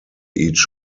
each